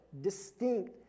distinct